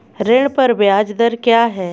ऋण पर ब्याज दर क्या है?